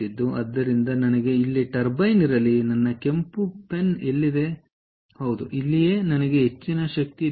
ಆದ್ದರಿಂದ ನನಗೆ ಇಲ್ಲಿ ಟರ್ಬೈನ್ಇರಲಿ ನನ್ನ ಕೆಂಪು ಪೆನ್ ಎಲ್ಲಿದೆ ಹೌದು ಇಲ್ಲಿಯೇ ನನಗೆ ಹೆಚ್ಚಿನ ಶಕ್ತಿ ಬೇಕು